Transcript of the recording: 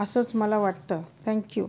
असंच मला वाटतं थँक यू